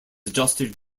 adjusted